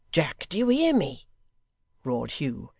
jack do you hear me roared hugh,